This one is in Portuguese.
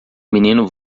menino